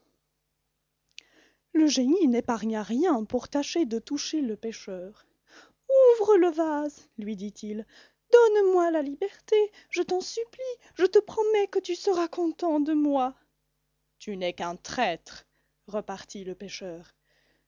le génie n'épargna rien pour tâcher de toucher le pêcheur ouvre le vase lui dit-il donne-moi la liberté je t'en supplie je te promets que tu seras content de moi tu n'es qu'un traître repartit le pêcheur